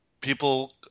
people